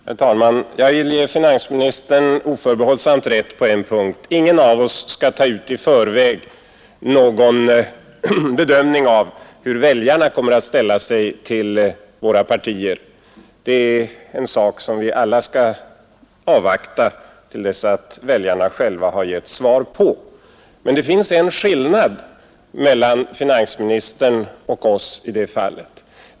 Herr talman! Jag vill oförbehållsamt ge finansministern rätt på en punkt: ingen av oss skall i förväg göra någon bedömning av hur väljarna kommer att ställa sig till våra partier — den frågan får väljarna själva ge svar på. Men det finns en skillnad mellan finansministern och oss i det fallet.